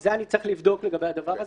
אני צריך לבדוק את הדבר הזה.